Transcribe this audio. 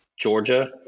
Georgia